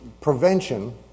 prevention